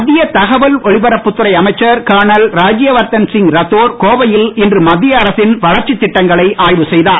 மத்திய தகவல் ஒலிபரப்பு துறை அமைச்சர் கர்னல் ராத்யவர்தன் சிங் ரத்தோர் கோவையில் இன்று மத்திய அரசின் வளர்ச்சி திட்டங்களை ஆய்வு செய்தார்